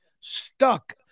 stuck